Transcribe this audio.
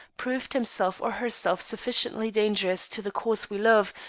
proved himself or herself sufficiently dangerous to the cause we love,